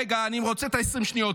רגע, אני רוצה את 20 השניות.